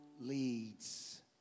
leads